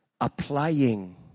applying